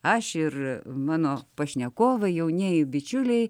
aš ir mano pašnekovai jaunieji bičiuliai